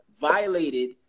violated